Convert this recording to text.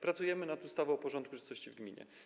Pracujemy nad ustawą o porządku i czystości w gminie.